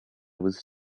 was